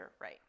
right